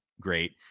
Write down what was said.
great